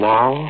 Now